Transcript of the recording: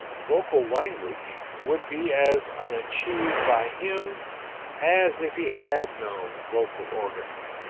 vocal language would be as unachieved by him as if he had no vocal organs.